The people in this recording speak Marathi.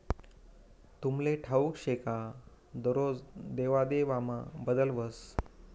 तुमले ठाऊक शे का दरोज लेवादेवामा बदल व्हस